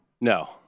No